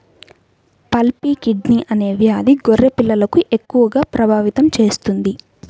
pulpy kidney అనే వ్యాధి గొర్రె పిల్లలను ఎక్కువగా ప్రభావితం చేస్తుంది